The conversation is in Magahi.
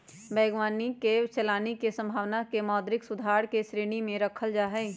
बैंकवन के चलानी के संभावना के मौद्रिक सुधार के श्रेणी में रखल जाहई